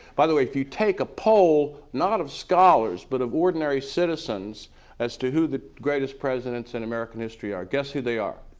by the way, if you take a poll not of scholars but of ordinary citizens as to who the greatest presidents in american history are guess who they are.